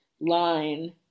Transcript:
line